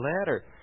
letter